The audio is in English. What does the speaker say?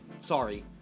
sorry